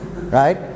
Right